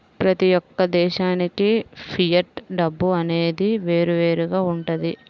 ప్రతి యొక్క దేశానికి ఫియట్ డబ్బు అనేది వేరువేరుగా వుంటది